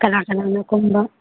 ꯀꯅꯥ ꯀꯅꯥꯅ ꯀꯨꯝꯕ